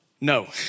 No